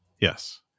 yes